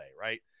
right